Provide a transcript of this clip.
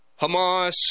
Hamas